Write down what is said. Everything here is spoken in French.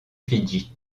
fidji